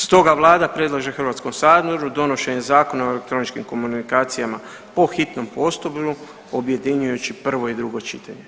Stoga Vlada predlaže HS-u donošenje Zakona o elektroničkim komunikacijama po hitnom postupku objedinjujući prvo i drugo čitanje.